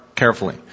Carefully